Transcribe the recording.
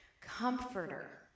Comforter